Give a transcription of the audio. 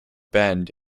bend